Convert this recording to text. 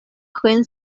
хӑйӗн